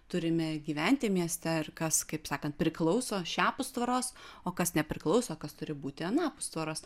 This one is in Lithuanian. turime gyventi mieste ir kas kaip sakant priklauso šiapus tvoros o kas nepriklauso kas turi būti anapus tvoros